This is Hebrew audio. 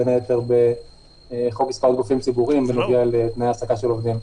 בין היתר --- מספר גופים ציבוריים בנוגע לתנאי העסקה של עובדים.